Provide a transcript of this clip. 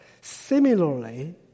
Similarly